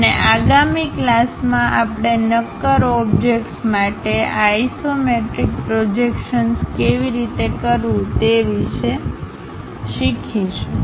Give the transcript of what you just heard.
અને આગામી ક્લાસમાં આપણે નક્કર ઓબ્જેક્ટ્સ માટે આ આઇસોમેટ્રિક પ્રોજેક્શન્સ કેવી રીતે કરવું તે વિશે શીખીશું